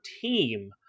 team